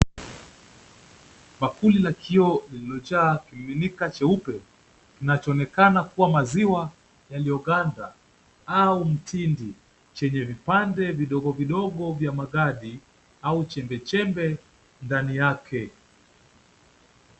Bakuli la kioo lililojaa kimiminika cheupe kinachoonekana kuwa maziwa yaliyoganda au mtindi chenye vipande vidogo vidogo vya magadi au chembechembe ndani yake.